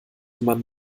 man